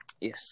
yes